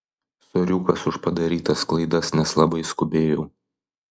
soriukas už padarytas klaidas nes labai skubėjau